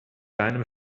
deinem